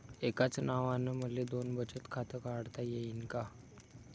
एकाच नावानं मले दोन बचत खातं काढता येईन का?